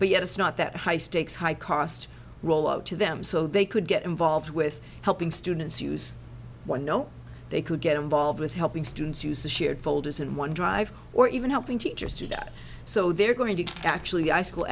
but yet it's not that high stakes high cost to them so they could get involved with helping students use one know they could get involved with helping students use the shared folders in one drive or even helping teachers do that so they're going to actually i